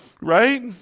Right